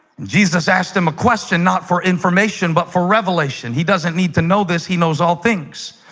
jesus asked him a question not for information, but for revelation he doesn't need to know this he knows all things,